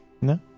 No